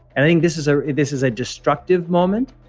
and i think this is ah this is a destructive moment,